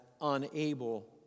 unable